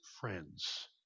friends